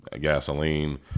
gasoline